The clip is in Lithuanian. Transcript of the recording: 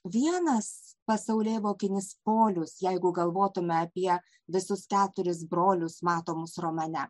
vienas pasaulėvokinis polius jeigu galvotume apie visus keturis brolius matomus romane